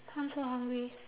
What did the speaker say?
I'm so hungry